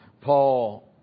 Paul